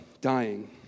dying